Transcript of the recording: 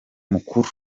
mukuru